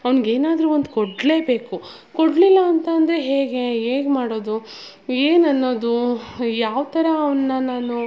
ಅವ್ನಿಗೇನಾದ್ರು ಒಂದು ಕೊಡಲೇಬೇಕು ಕೊಡಲಿಲ್ಲಾಂತಂದ್ರೆ ಹೇಗೆ ಹೇಗೆ ಮಾಡೋದು ಏನು ಅನ್ನೋದು ಯಾವ ಥರ ಅವನ ನಾನು